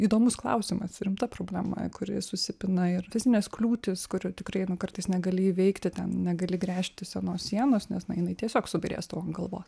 įdomus klausimas rimta problema kuri susipina ir fizines kliūtis kurių tikrai kartais negali įveikti ten negali gręžti senos sienos nes na jinai tiesiog subyrės tau ant galvos